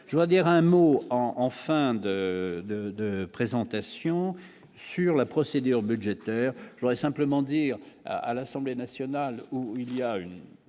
je dois dire un mot en enfin de de de présentation sur la procédure budgétaire, je voudrais simplement dire à l'Assemblée nationale où il y a une